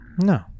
no